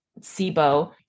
SIBO